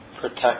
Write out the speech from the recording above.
protect